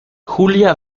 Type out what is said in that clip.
julia